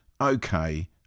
okay